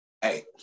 hey